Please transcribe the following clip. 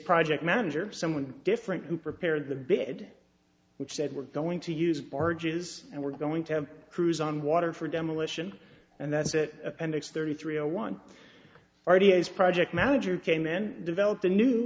project manager someone different who prepared the bid which said we're going to use barges and we're going to have crews on water for demolition and that's that appendix thirty three a one already has project manager came in developed a new